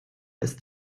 ist